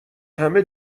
همه